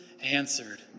answered